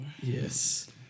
Yes